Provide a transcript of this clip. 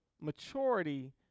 maturity